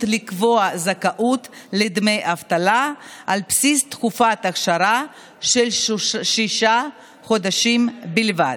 לקבוע זכאות לדמי אבטלה על בסיס תקופת אכשרה של שישה חודשים בלבד.